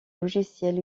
logiciels